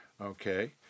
okay